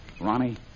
Ronnie